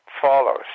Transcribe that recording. follows